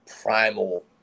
primal